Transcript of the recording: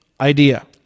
idea